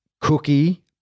Cookie